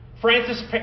Francis